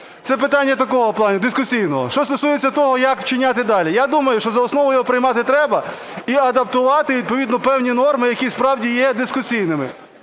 Це питання такого плану, дискусійного. Що стосується того, як вчиняти далі. Я думаю, що за основу його приймати треба і адаптувати відповідно певні норми, які справді є дискусійними.